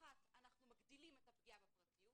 אחת, אנחנו מגדילים את הפגיעה בפרטיות